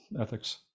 ethics